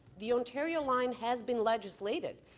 the ontario line has been legislated,